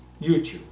YouTube